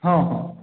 ହଁ ହଁ